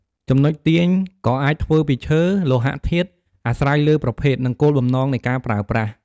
ចំណុចទាញក៏អាចធ្វើពីឈើ លោហធាតុ អាស្រ័យលើប្រភេទ និងគោលបំណងនៃការប្រើប្រាស់។